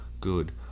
good